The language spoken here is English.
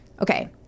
Okay